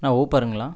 அண்ணா ஊப்பருங்களா